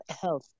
health